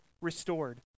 restored